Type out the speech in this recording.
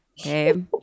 Okay